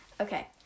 Okay